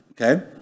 Okay